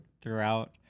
throughout